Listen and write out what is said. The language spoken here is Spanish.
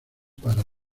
para